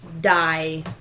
die